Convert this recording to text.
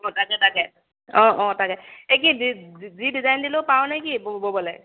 অঁ তাকে তাকে অঁ অঁ তাকে এই কি যি ডিজাইন দিলেও পাৱনে কি বব'লে